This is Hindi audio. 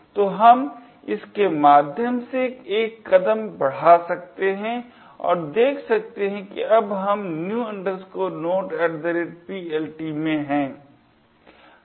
तो हम इसके माध्यम से एक कदम बढ़ा सकते हैं और देख सकते हैं कि अब हम new node PLT में हैं